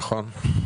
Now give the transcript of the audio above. נכון.